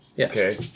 Okay